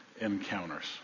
Encounters